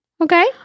okay